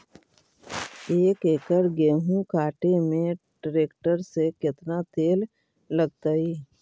एक एकड़ गेहूं काटे में टरेकटर से केतना तेल लगतइ?